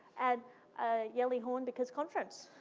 and yell-y horn, because conference.